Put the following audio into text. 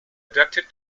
adapted